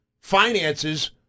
finances